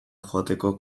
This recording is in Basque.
joateko